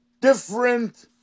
different